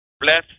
Bless